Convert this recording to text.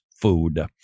food